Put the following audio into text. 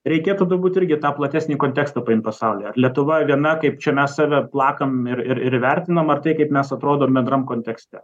reikėtų turbūt irgi tą platesnį kontekstą paimt pasauly ar lietuva viena kaip čia mes save plakam ir ir ir įvertinam ar tai kaip mes atrodom bendram kontekste